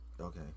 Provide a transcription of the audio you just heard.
Okay